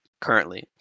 currently